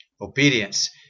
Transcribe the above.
Obedience